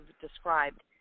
described